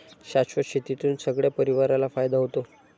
शाश्वत शेतीतून सगळ्या परिवाराला फायदा होतो